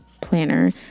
planner